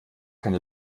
keine